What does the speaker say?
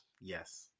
Yes